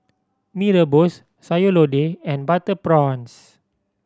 Mee Rebus Sayur Lodeh and butter prawns